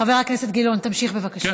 חבר הכנסת גילאון, תמשיך, בבקשה.